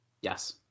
Yes